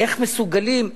איך מסוגלים?